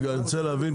רגע, אני רוצה להבין.